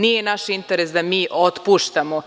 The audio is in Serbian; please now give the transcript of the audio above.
Nije naš interes da mi otpuštamo.